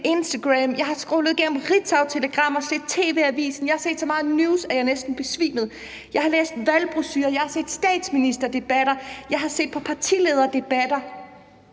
Instagram; jeg har scrollet igennem ritzautelegrammer og set tv-avisen; jeg har set så meget News, at jeg næsten besvimede; jeg har læst valgbrochurer; jeg har set statsministerdebatter; jeg har set på partilederdebatter.